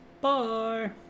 Bye